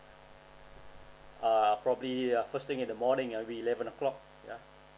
uh probably yeah first thing in the morning ya eleven o'clock ya